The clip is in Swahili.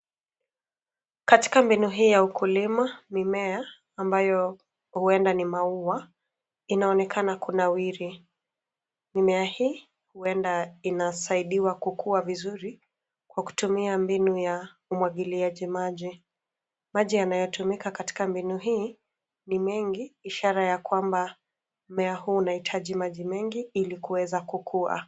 Katika mbinu hii ya ukulima, mimea ambayo huenda ni maua, inaonekana kunawiri. Mimea hii huenda inasaidiwa kukua vizuri kwa kutumia mbinu ya umwagiliaji maji. Maji yanayotumika katika mbinu hii ni mengi ishara ya kwamba mmea huu unahitaji maji mengi ili kuweza kukua.